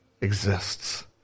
exists